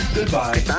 Goodbye